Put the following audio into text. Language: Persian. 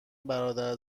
برادر